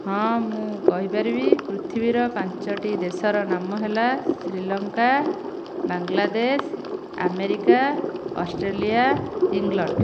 ହଁ ମୁଁ କହିପାରିବି ପୃଥିବୀର ପାଞ୍ଚଟି ଦେଶର ନାମ ହେଲା Sri Lanka Bangladesh America Australia England